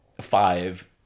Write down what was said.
five